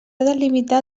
delimitar